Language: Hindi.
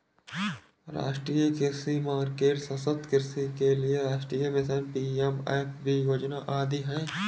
राष्ट्रीय कृषि मार्केट, सतत् कृषि के लिए राष्ट्रीय मिशन, पी.एम.एफ.बी योजना आदि है